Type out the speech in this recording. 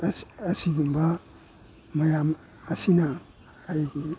ꯑꯁꯤꯒꯨꯝꯕ ꯃꯌꯥꯝ ꯑꯁꯤꯅ ꯑꯩꯒꯤ